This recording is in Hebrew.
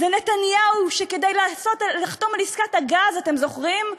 זה נתניהו, שכדי לחתום על עסקת הגז, אתם זוכרים?